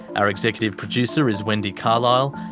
our executive producer is wendy carlisle.